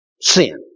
Sin